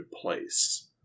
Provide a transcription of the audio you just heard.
place